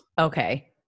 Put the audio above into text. okay